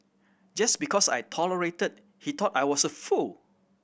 just because I tolerated he thought I was a fool